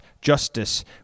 justice